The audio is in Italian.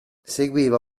seguiva